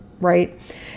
right